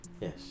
Yes